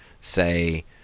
say